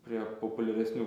prie populiaresnių